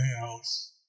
else